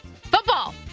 Football